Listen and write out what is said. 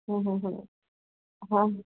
હં હં હં હા